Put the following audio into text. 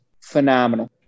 Phenomenal